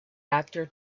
actor